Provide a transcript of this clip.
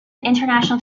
international